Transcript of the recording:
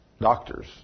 doctors